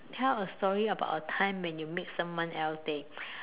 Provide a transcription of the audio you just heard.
tell a story about a time when you make someone else's day